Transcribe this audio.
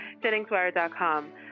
JenningsWire.com